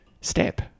step